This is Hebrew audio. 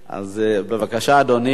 אז בבקשה, אדוני,